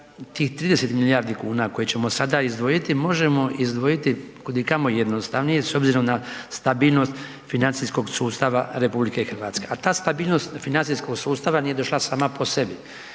tih 30 milijardi kuna koje ćemo sada izdvojiti, možemo izdvojiti kud i kamo jednostavnije s obzirom na stabilnost financijskog sustava RH, a ta stabilnost financijskog sustava nije došla sama po sebi.